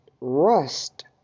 rust